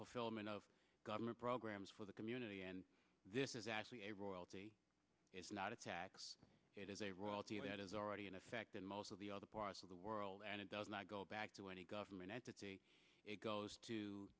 fulfillment of government programs for the community and this is actually a royalty it's not a tax it is a royalty that is already in effect in most of the other parts of the world and it does not go back to any government it goes to